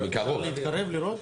אפשר להתקרב לראות?